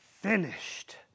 finished